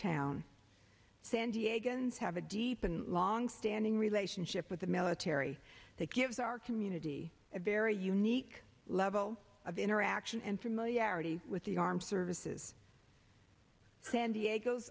town san diego and have a deep and long standing relationship with the military that gives our community a very unique level of interaction and familiarity with the armed services san diego's